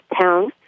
town